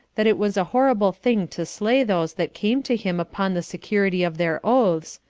that it was a horrible thing to slay those that came to him upon the security of their oaths,